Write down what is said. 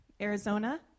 Arizona